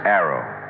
Arrow